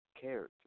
character